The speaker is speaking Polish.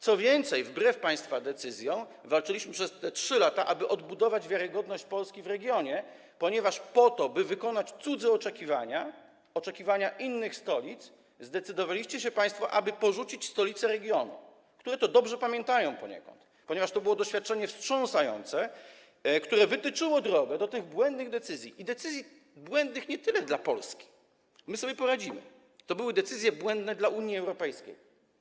Co więcej, wbrew państwa decyzjom walczyliśmy przez te 3 lata, aby odbudować wiarygodność Polski w regionie, ponieważ po to, by wykonać cudze oczekiwania, sprostać oczekiwaniom innych stolic, zdecydowaliście się państwo porzucić stolice regionu, które to dobrze pamiętają poniekąd, ponieważ to było doświadczenie wstrząsające, które wytyczyło drogę do tych błędnych decyzji, decyzji błędnych nie tyle dla Polski, my sobie poradzimy, ale to były decyzje błędne dla Unii Europejskiej.